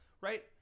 Right